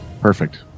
Perfect